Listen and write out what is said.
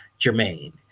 Jermaine